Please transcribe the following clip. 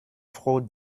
froh